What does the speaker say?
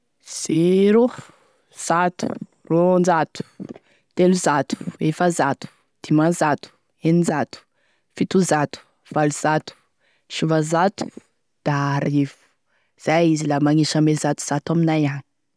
Zéro, zato, roanjato, telozato, efazato, dimanzato, eninzato, fitozato, valozato, sivanzato, da arivo, zay izy la magnisa ame zato zato aminay agny.